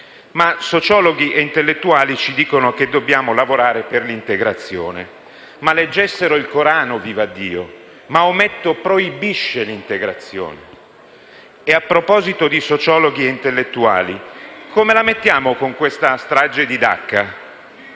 ma sociologhi e intellettuali ci dicono che dobbiamo lavorare per l'integrazione. Ma leggessero il Corano, vivaddio! Maometto proibisce l'integrazione. E a proposito di sociologhi e intellettuali, come la mettiamo con questa strage di Dacca?